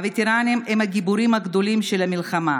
הווטרנים הם הגיבורים הגדולים של המלחמה.